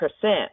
percent